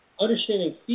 understanding